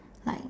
like